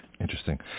Interesting